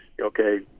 okay